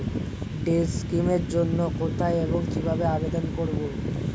Day scheme এর জন্য কোথায় এবং কিভাবে আবেদন করব?